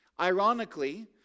Ironically